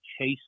chase